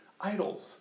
idols